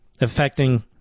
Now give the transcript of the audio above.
affecting